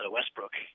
Westbrook